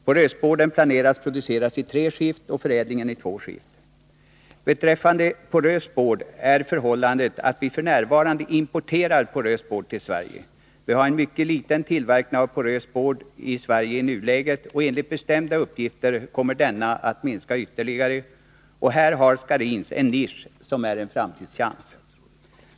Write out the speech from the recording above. Produktionen av porös board planeras ske i tre skift och förädlingen i två skift. Beträffande porös board är förhållandet att vi f. n. importerar sådan till Sverige. Vi har en mycket liten tillverkning av porös board i Sverige i nuläget, och enligt bestämda uppgifter kommer denna att minska ytterligare. Här har Scharins en nisch, som är en framtidschans.